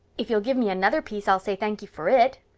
if you'll give me another piece i'll say thank you for it.